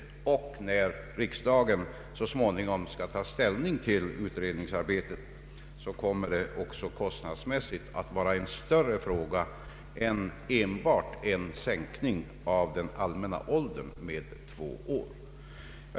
När riksdagen så småningom skall ta ställning till utredningsarbetets resultat kommer det också kostnadsmässigt att vara en större fråga än de ekonomiska konsekvenser som kan uppstå enbart genom sänkning av den allmänna pensionsåldern med två år.